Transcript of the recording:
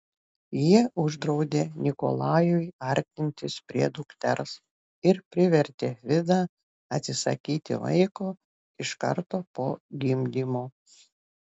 jie uždraudė nikolajui artintis prie dukters ir privertė vidą atsisakyti vaiko iš karto po gimdymo